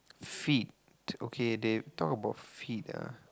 feet okay they talk about feet ah